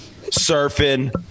Surfing